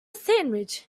sandwich